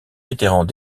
mitterrand